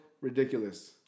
ridiculous